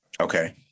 Okay